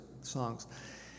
songs